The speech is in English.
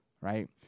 right